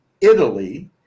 Italy